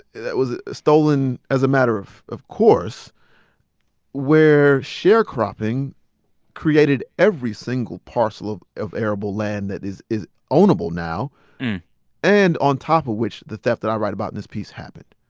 that was stolen as a matter of of course where sharecropping created every single parcel of of arable land that is is ownable now and on top of which the theft that i write about in this piece happened?